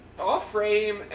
off-frame